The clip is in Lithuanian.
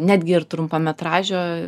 netgi ir trumpametražio